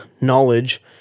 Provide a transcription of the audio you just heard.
knowledge